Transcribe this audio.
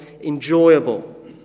enjoyable